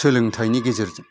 सोलोंथाइनि गेजेरजों